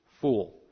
Fool